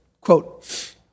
quote